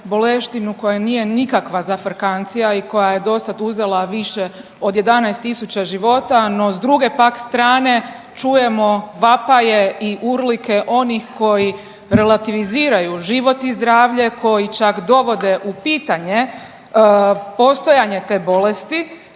boleštinu koja nije nikakva zafrkancija i koja je dosada uzela više od 11.000 života, no s druge pak strane čujemo vapaje i urlike onih koji relativiziraju život i zdravlje, koji čak dovode u pitanje postojanje te bolesti